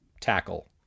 tackle